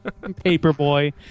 Paperboy